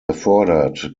erfordert